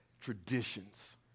traditions